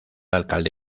alcalde